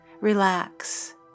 relax